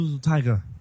Tiger